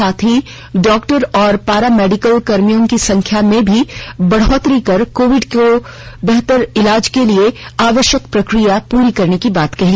साथ ही डॉक्टर और पारा मेडिकल कर्मियों की संख्या में भी बढ़ोतरी कर कोविड के बेहतर इलाज के लिए आवश्यक प्रक्रियाएं पूर्ण करने की बात कही